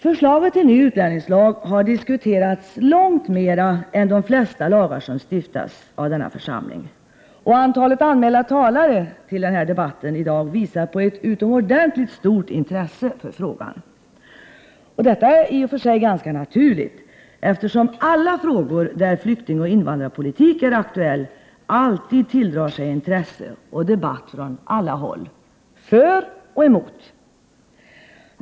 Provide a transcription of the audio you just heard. Förslaget till ny utlänningslag har diskuterats långt mera än de flesta lagar som stiftas av denna församling, och antalet anmälda talare till debatten i dag visar på ett utomordentligt stort intresse för frågan. Detta är i och för sig ganska naturligt, eftersom alla frågor där flyktingoch invandrarpolitiken är aktuell alltid tilldrar sig intresse och skapar debatt med inlägg från alla håll — för och emot.